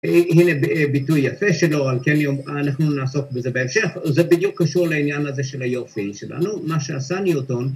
הנה ביטוי יפה שלו על כן... אנחנו נעסוק בזה בהמשך, זה בדיוק קשור לעניין הזה של היופי שלנו, מה שעשה ניוטון,